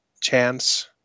Chance